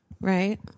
right